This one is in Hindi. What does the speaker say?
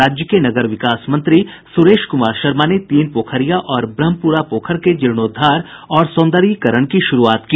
राज्य के नगर विकास मंत्री सुरेश कुमार शर्मा ने तीन पोखरिया और ब्रह्मपुरा पोखर के जीर्णाद्वार और सौंदर्यीकरण की शुरूआत की